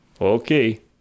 Okay